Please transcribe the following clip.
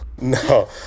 No